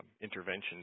interventions